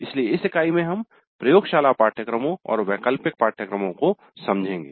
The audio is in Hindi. इसलिए इस इकाई में हम प्रयोगशाला पाठ्यक्रमों और वैकल्पिक पाठ्यक्रमों को समझेगे